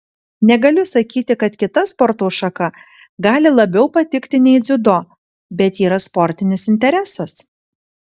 negaliu sakyti kad kita sporto šaka gali labiau patikti nei dziudo bet yra sportinis interesas